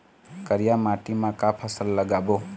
करिया माटी म का फसल लगाबो?